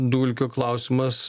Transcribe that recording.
dulkio klausimas